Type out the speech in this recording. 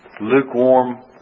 Lukewarm